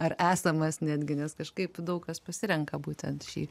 ar esamas netgi nes kažkaip daug kas pasirenka būtent šį